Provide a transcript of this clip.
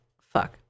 Fuck